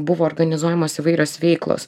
buvo organizuojamos įvairios veiklos